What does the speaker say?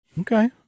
okay